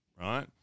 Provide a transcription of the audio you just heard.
right